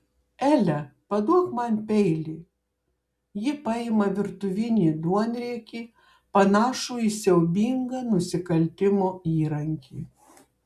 ele paduok man peilį ji paima virtuvinį duonriekį panašų į siaubingą nusikaltimo įrankį